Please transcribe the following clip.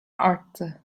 arttı